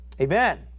Amen